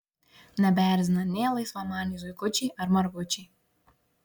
nebeerzina nė laisvamaniai zuikučiai ar margučiai